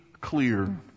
clear